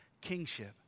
kingship